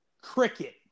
cricket